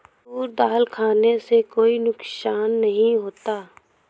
तूर दाल खाने से कोई नुकसान नहीं होता